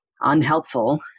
unhelpful